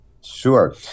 Sure